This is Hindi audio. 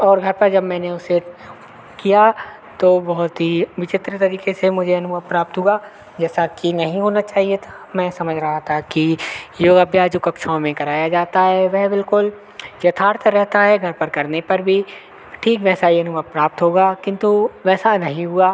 और घर पर जब मैंने उसे किया तो बहुत ही विचित्र तरीके से मुझे अनुभव प्राप्त हुआ जैसा कि नहीं होना चाहिए था मैं समझ रहा था कि योग अभ्यास जो कक्षाओं में कराया जाता है वह बिल्कुल यथार्थ रहता है घर पर करने पर वी ठीक वैसा ही अनुभव प्राप्त होगा किन्तु वैसा नहीं हुआ